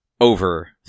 over